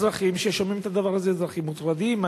אזרחים ששומעים את הדבר הזה הם אזרחים מוטרדים.